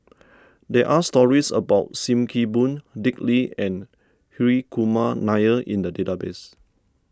there are stories about Sim Kee Boon Dick Lee and Hri Kumar Nair in the database